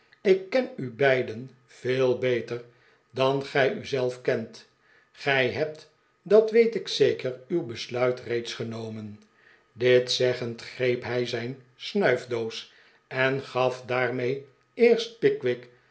ik ken u beiden veel beter dan gij u zelf kent gij hebt dat weet ik zeker uw besluit reeds genomen dit zeggend greep hij zijn snuifdoos en gaf daarmee eerst